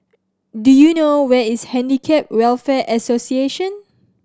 do you know where is Handicap Welfare Association